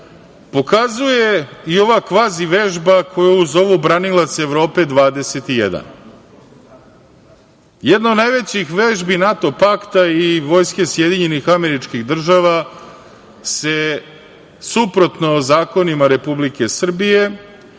pokazuje i ova kvazi vežba koju zovu „branilac Evrope 21“.Jedna od najvećih vežbi NATO pakta i vojske SAD se suprotno zakonima Republike Srbije,